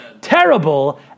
terrible